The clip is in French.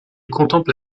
contemple